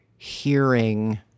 hearing